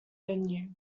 venue